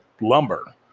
lumber